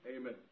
Amen